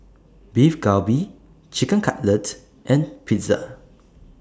Beef Galbi Chicken Cutlet and Pizza